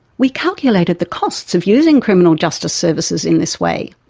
we calculated the costs of using criminal justice services in this way.